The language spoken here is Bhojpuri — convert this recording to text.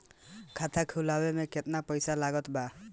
खाता खुलावे म केतना पईसा लागत बा?